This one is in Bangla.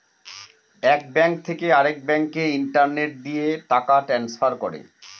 এক ব্যাঙ্ক থেকে আরেক ব্যাঙ্কে ইন্টারনেট দিয়ে টাকা ট্রান্সফার করে